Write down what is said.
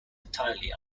entirely